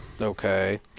Okay